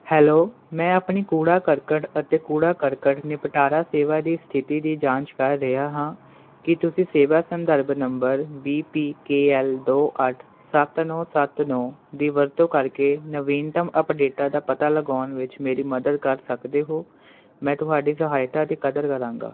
hello ਮੈਂ ਆਪਣੀ ਕੂੜਾ ਕਰਕਟ ਅਤੇ ਕੂੜਾ ਕਰਕਟ ਨਿਪਟਾਰਾ ਸੇਵਾ ਦੀ ਸਥਿਤੀ ਦੀ ਜਾਂਚ ਕਰ ਰਿਹਾ ਹਾਂ ਕੀ ਤੁਸੀਂ ਸੇਵਾ ਸੰਦਰਭ number B P K L ਦੋ ਅੱਠ ਸੱਤ ਨੌਂ ਸੱਤ ਨੌਂ ਦੀ ਵਰਤੋਂ ਕਰਕੇ ਨਵੀਨਤਮ ਅਪਡੇਟਾਂ ਦਾ ਪਤਾ ਲਗਾਉਣ ਵਿੱਚ ਮੇਰੀ ਮਦਦ ਕਰ ਸਕਦੇ ਹੋ ਮੈਂ ਤੁਹਾਡੀ ਸਹਾਇਤਾ ਦੀ ਕਦਰ ਕਰਾਂਗਾ